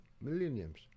millenniums